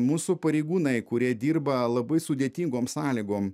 mūsų pareigūnai kurie dirba labai sudėtingom sąlygom